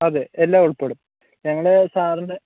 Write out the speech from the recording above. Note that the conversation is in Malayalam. അതേ എല്ലാം ഉൾപ്പെടും ഞങ്ങൾ സാറിന്